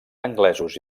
anglesos